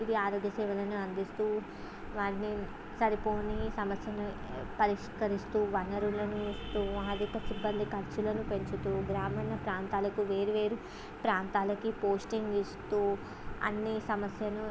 ఇది ఆరోగ్య సేవలను అందిస్తూ వారిని సరిపోని సమస్యలను పరిష్కరిస్తూ వనరులను ఇస్తూ అధిక సిబ్బంది ఖర్చులను పెంచుతూ గ్రామీణ ప్రాంతాలకు వేరువేరు ప్రాంతాలకి పోస్టింగ్ ఇస్తూ అన్ని సమస్యలను